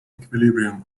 equilibrium